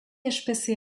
espezie